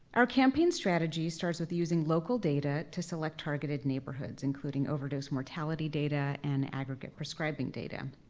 our campaign strategy starts with using local data to select targeted neighborhoods, including overdose mortality data and aggregate prescribing data.